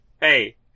Hey